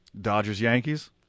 Dodgers-Yankees